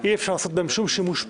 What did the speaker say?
אי-אפשר לעשות בהן שום שימוש פוליטי.